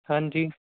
ਹਾਂਜੀ